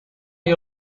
you